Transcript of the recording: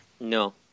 No